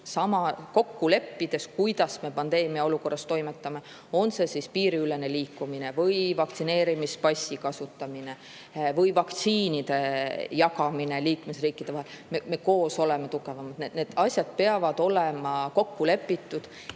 kokku leppides, kuidas me pandeemia olukorras toimetame, tugevamad. On see siis piiriülene liikumine või vaktsineerimispassi kasutamine või vaktsiinide jagamine liikmesriikide vahel – need asjad peavad olema kokku lepitud.